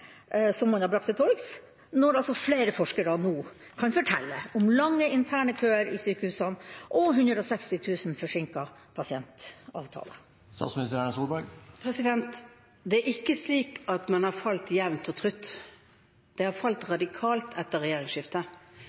som de har brakt til torgs, når flere forskere nå kan fortelle om lange interne køer i sykehusene og 160 000 forsinkete pasientavtaler? Det er ikke slik at ventetiden har falt jevnt og trutt, den har falt radikalt etter regjeringsskiftet.